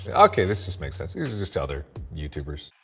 ah okay, this just makes sense. these are just other youtubers.